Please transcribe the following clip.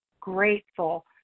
grateful